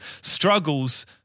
Struggles